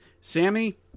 Sammy